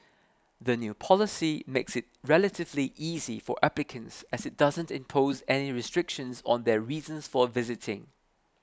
the new policy makes it relatively easy for applicants as it doesn't impose any restrictions on their reasons for visiting